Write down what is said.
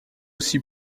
aussi